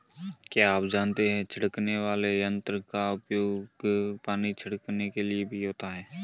क्या आप जानते है छिड़कने वाले यंत्र का उपयोग पानी छिड़कने के लिए भी होता है?